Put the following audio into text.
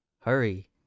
Hurry